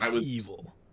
Evil